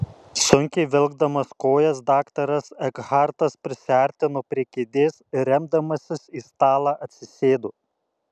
sunkiai vilkdamas kojas daktaras ekhartas prisiartino prie kėdės ir remdamasis į stalą atsisėdo